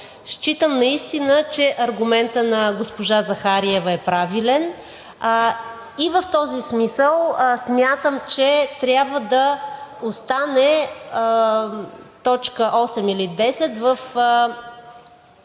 Считам наистина, че аргументът на госпожа Захариева е правилен и в този смисъл смятам, че трябва да остане точка 8 или 10 в